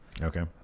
Okay